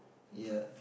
ya